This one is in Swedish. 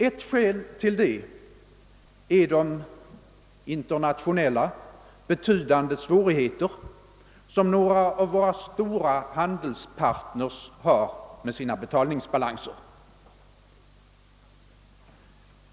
Ett skäl till det är de betydande svårigheter som några av våra handelspartners har med sina betalningsbalanser.